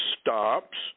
stops